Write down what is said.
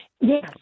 Yes